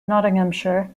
nottinghamshire